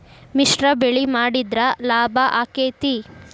ಮಿಶ್ರ ಬೆಳಿ ಮಾಡಿದ್ರ ಲಾಭ ಆಕ್ಕೆತಿ?